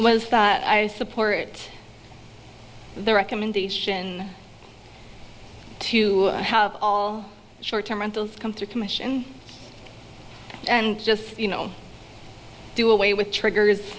well i support the recommendation to have all short term rentals come through commission and just you know do away with triggers